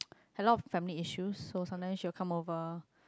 a lot of family issues so sometime she will come over